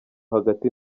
hagati